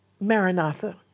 Maranatha